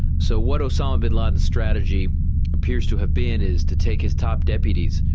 so what osama bin laden's strategy appears to have been is to take his top deputies,